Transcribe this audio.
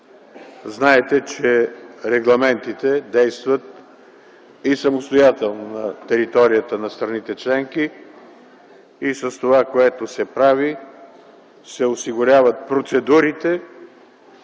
Знаете, че регламентите действат и самостоятелно на територията на страните членки и с това, което се прави, се осигуряват процедурите,